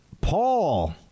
Paul